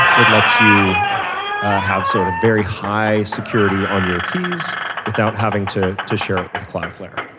it lets you have sort of very high security on your keys without having to to share it with cloudflare.